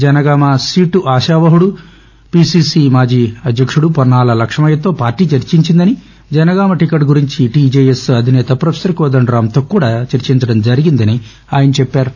Janagama seat ఆశావహుడు PCC మాజీ అధ్యక్షుడు పొన్నాల లక్ష్మయ్యతో చర్చించిందని జనగామ టికెట్ గురించి టీజెఎస్ అధినేత ప్రొఫెసర్ కోదండరాంతో కూడా చర్చించారని ఆయన చెప్పారు